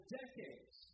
decades